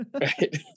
Right